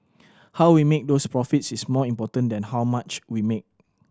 how we make those profits is more important than how much we make